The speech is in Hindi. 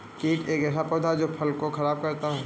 कीट एक ऐसा पौधा है जो की फसल को खराब करता है